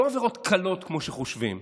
לא עבירות קלות כמו שחושבים,